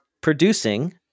producing